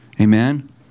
Amen